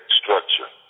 structure